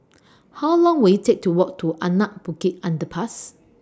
How Long Will IT Take to Walk to Anak Bukit Underpass